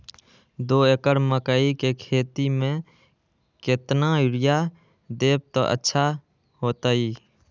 दो एकड़ मकई के खेती म केतना यूरिया देब त अच्छा होतई?